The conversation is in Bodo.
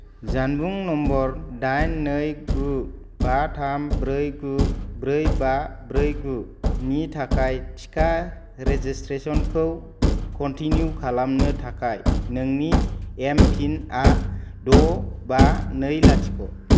जानबुं नम्बर डाइन नै गु बा थाम ब्रै गु ब्रै बा ब्रै गु नि थाखाय टिका रेजिष्ट्रेसनखौ कनटिनिउ खालामनो थाखाय नोंनि एमपिनआ द' बा नै लाथिख'